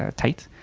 ah tight,